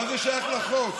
מה זה שייך לחוק?